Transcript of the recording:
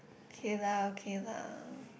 okay lah okay lah